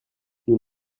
nous